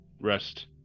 Rest